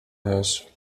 huis